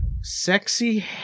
sexy